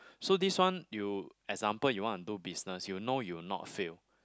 so this one you example you want to do business you know you'll not fail